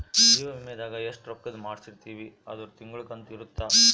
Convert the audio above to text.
ಜೀವ ವಿಮೆದಾಗ ಎಸ್ಟ ರೊಕ್ಕಧ್ ಮಾಡ್ಸಿರ್ತಿವಿ ಅದುರ್ ತಿಂಗಳ ಕಂತು ಇರುತ್ತ